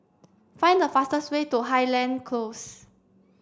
find the fastest way to Highland Close